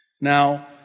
Now